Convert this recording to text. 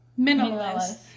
minimalist